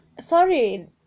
sorry